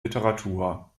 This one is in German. literatur